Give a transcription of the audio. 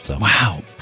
Wow